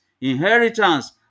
inheritance